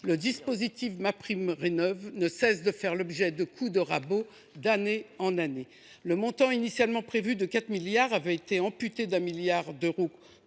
le dispositif MaPrimeRénov’ ne cesse de faire l’objet de coups de rabot d’année en année. Le montant initialement prévu de 4 milliards d’euros a été amputé de 1 milliard d’euros